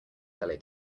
belly